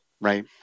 right